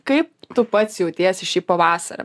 kaip tu pats jautiesi šį pavasarį